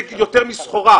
זה יותר מסחורה.